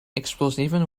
explosieven